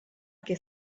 que